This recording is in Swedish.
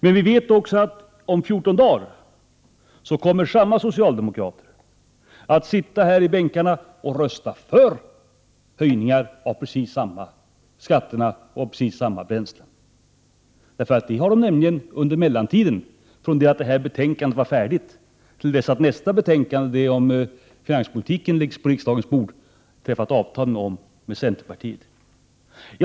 Men vi vet redan att om 14 dagar kommer samma socialdemokrater att sitta här i bänkarna och rösta för höjningar av skatter på precis samma bränslen. Det har de nämligen under mellantiden från det att detta betänkande var färdigt till dess att betänkandet om finanspolitiken ligger på riksdagens bord träffat avtal med centerpartiet om.